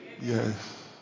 Yes